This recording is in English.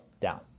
down